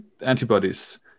antibodies